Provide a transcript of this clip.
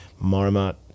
Marmot